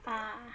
ah